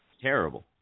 terrible